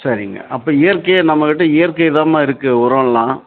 சரிங்க அப்போ இயற்கையை நம்மக்கிட்ட இயற்கைதாம்மா இருக்குது உரமெலாம்